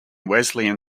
wesleyan